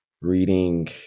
reading